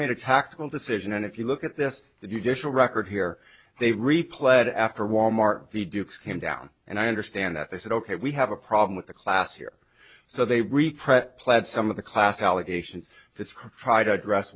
made a tactical decision and if you look at this that you dish will record here they replay it after wal mart v dukes came down and i understand that they said ok we have a problem with the class here so they pled some of the class allegations that cry to address